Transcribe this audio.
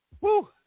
Woo